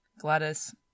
Gladys